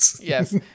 yes